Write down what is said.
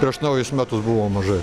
prieš naujus metus buvo mažai